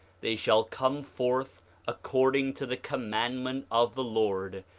they shall come forth according to the commandment of the lord,